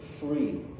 free